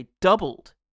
doubled